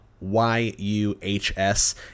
Y-U-H-S